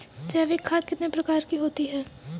जैविक खाद कितने प्रकार की होती हैं?